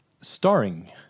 Starring